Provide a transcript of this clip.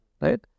right